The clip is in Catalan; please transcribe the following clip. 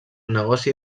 negoci